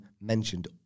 mentioned